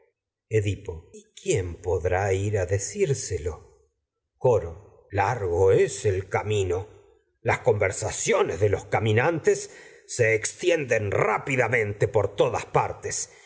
eoipo y quién podrá ir a decírselo cono largo es el camino las conversaciones de los se caminantes extienden rápidamente por todas partes